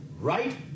right